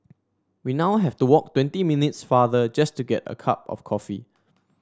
we now have to walk twenty minutes farther just to get a cup of coffee